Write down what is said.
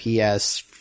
PS